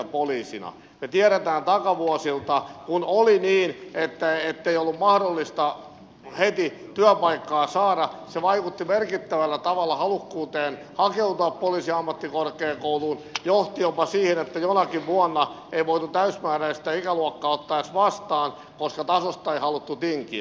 me tiedämme takavuosilta että kun oli niin ettei ollut mahdollista heti työpaikkaa saada niin se vaikutti merkittävällä tavalla halukkuuteen hakeutua poliisiammattikorkeakouluun johti jopa siihen että jonakin vuonna ei voitu täysimääräistä ikäluokkaa ottaa edes vastaan koska tasosta ei haluttu tinkiä